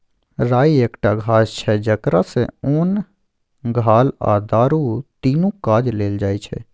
राइ एकटा घास छै जकरा सँ ओन, घाल आ दारु तीनु काज लेल जाइ छै